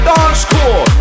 Dancecore